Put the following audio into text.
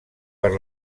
per